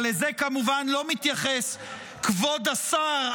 אבל לזה כמובן לא מתייחס כבוד השר,